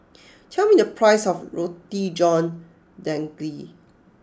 tell me the price of Roti John Daging